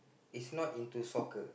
is not into soccer